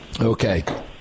Okay